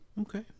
okay